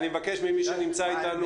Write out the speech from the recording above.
יהיה צעד שיימשך קדימה.